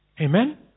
Amen